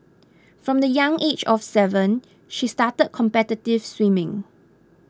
from the young age of seven she started competitive swimming